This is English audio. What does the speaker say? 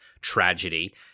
tragedy